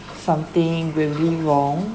something really wrong